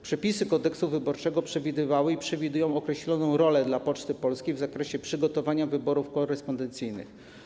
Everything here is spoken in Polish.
Przepisy Kodeksu wyborczego przewidywały i przewidują określoną rolę dla Poczty Polskiej w zakresie przygotowania wyborów korespondencyjnych.